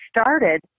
started